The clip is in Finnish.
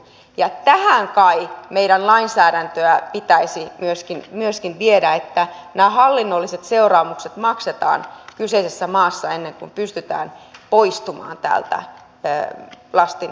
ja tähän kai meidän lainsäädäntöä pitäisi myöskin viedä että nämä hallinnolliset seuraamukset maksetaan kyseisessä maassa ennen kuin pystytään poistumaan täältä lasti mukana